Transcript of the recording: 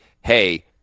hey